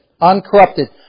uncorrupted